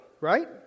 right